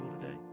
today